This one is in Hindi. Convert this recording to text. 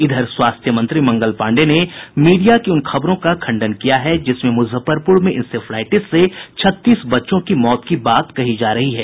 इधर स्वास्थ्य मंत्री मंगल पांडेय ने मीडिया की उन खबरों का खंडन किया है जिसमें मुजफ्फरपुर में इंसेफ्लाईटिस से छत्तीस बच्चों की मौत की बात कही जा रही है